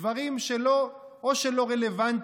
דברים שלא רלוונטיים,